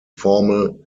formal